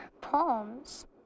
poems